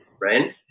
right